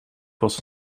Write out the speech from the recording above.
was